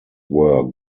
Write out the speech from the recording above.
were